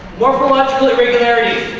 morphological irregularity.